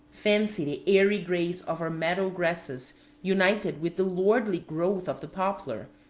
fancy the airy grace of our meadow grasses united with the lordly growth of the poplar,